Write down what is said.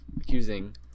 accusing